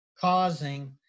causing